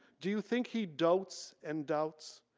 do you think he dotes and doubts?